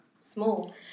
Small